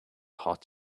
hot